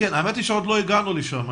עוד לא הגענו לשם.